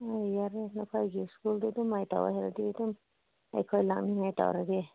ꯌꯥꯔꯦ ꯅꯈꯣꯏꯒꯤ ꯁ꯭ꯀꯨꯜꯗꯨ ꯑꯗꯨꯃꯥꯏ ꯇꯧꯋꯦ ꯍꯥꯏꯔꯗꯤ ꯑꯗꯨꯝ ꯑꯩꯈꯣꯏ ꯂꯥꯛꯅꯤꯡꯉꯥꯏ ꯇꯧꯔꯒꯦ